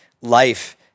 life